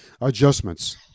adjustments